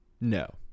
No